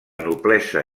noblesa